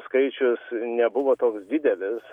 skaičius nebuvo toks didelis